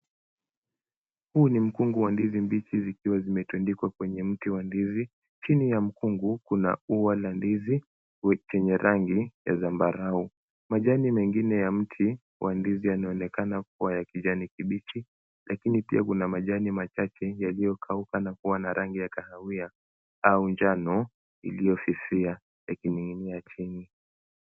Huu ni mkungu wa ndizi mbichi zikiwa zimetundikwa kwenye mti wa ndizi, chini ya mkungu, kuna ua la ndizi chenye rangi ya zambarau. Majani mengine ya mti wa ndizi, yanaonekana kuwa ya kijani kibichi lakini pia kuna majani machache, yaliyokauka na kuwa na rangi ya kahawia au njano iliyofifia, yakining'inia chini.